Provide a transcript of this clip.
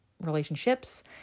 relationships